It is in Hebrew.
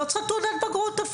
או תעודת בגרות,